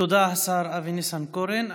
תודה, השר אבי ניסנקורן.